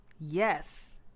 yes